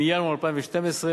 מינואר 2012,